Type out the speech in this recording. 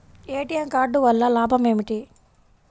ATM card వల్ల లాభం ఏమిటి?